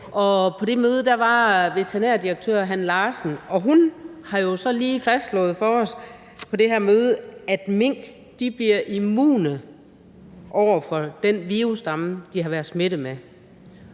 På det møde var veterinærdirektør Hanne Larsen, og hun har jo så lige fastslået for os på det her møde, at mink bliver immune over for den virusstamme, de har været smittet med.